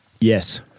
Yes